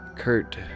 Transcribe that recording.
Kurt